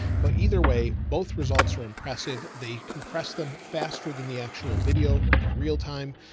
but either way, both results are impressive. they compress them faster than the actual video in real time.